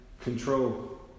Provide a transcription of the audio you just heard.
control